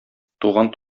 туган